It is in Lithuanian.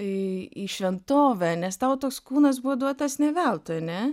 į į šventovę nes tau toks kūnas buvo duotas ne veltui ane